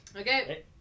Okay